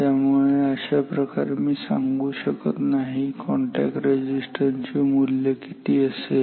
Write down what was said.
तर अशाप्रकारे मी सांगू शकत नाही रेझिस्टन्स चे मूल्य किती असेल